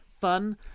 fun